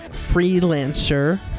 freelancer